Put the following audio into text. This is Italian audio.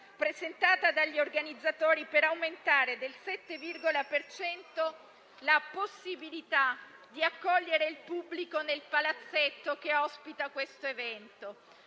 presentata dagli organizzatori per aumentare del 7 per cento la possibilità di accogliere il pubblico nel palazzetto che ospita questo evento,